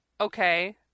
Okay